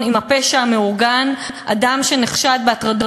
בבקשה, אדוני.